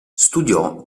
studiò